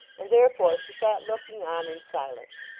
and therefore she sat looking on in silence.